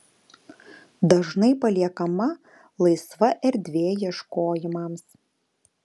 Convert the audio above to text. dažnai paliekama laisva erdvė ieškojimams